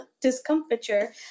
discomfiture